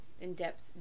in-depth